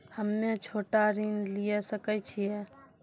हम्मे छोटा ऋण लिये सकय छियै?